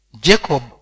Jacob